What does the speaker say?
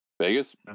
Vegas